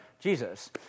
Jesus